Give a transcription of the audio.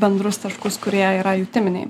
bendrus taškus kurie yra jutiminiai